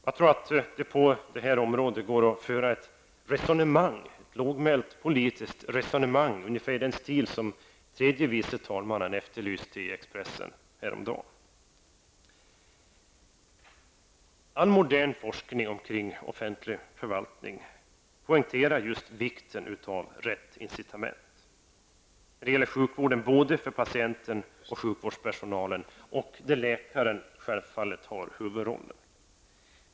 Jag tror att det på detta område går att föra ett lågmält politiskt resonemang ungefär i den stilen som tredje vice talman Bertil Fiskesjö efterlyste i Expressen häromdagen. I all modern forskning omkring offentlig förvaltning poängteras vikten av rätt incitament. När det gäller sjukvården gäller det för både patienten och sjukvårdspersonalen, där läkaren självfallet har huvudrollen.